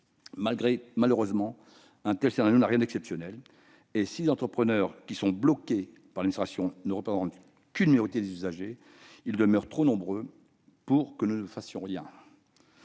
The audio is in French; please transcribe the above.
Malheureusement, un tel scénario n'a rien d'exceptionnel. Si les entrepreneurs bloqués par l'administration ne représentent qu'une minorité des usagers, ils demeurent trop nombreux pour que nous ne fassions rien.